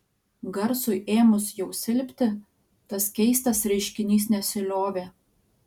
garsui ėmus jau silpti tas keistas reiškinys nesiliovė